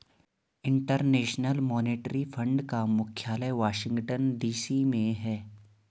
international monetary fund का मुख्यालय Washington DC में है